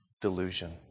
delusion